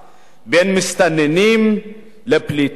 בין מסתננים לפליטים,